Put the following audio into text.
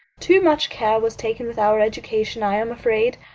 too much care was taken with our education, i am afraid.